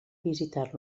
visitar